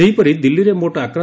ସେହିପରି ଦିଲ୍ଲୀରେ ମୋଟ୍ ଆକ୍